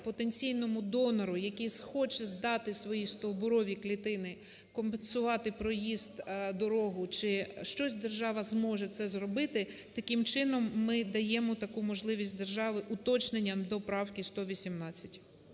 потенційному донору, який схоче здати свої стовбурові клітини, компенсувати проїзд, дорогу чи щось, держава зможе це зробити. Таким чином ми даємо таку можливість держави уточненням до правки 118.